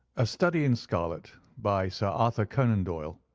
a study in scarlet by so arthur conan doyle.